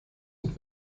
und